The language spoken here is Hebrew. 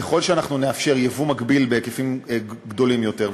ככל שאנחנו נאפשר יבוא מקביל בהיקפים גדולים יותר,